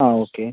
ആ ഓക്കെ